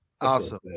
Awesome